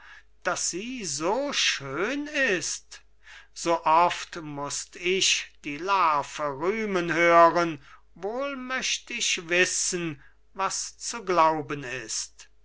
daß sie so schön ist so oft mußt ich die larve rühmen hören wohl möcht ich wissen was zu glauben ist